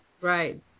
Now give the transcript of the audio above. right